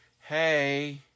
hey